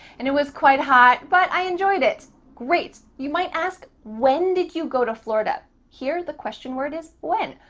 and, it was quite hot, but i enjoyed it. great. you might ask, when did you go to florida? here the question word is when.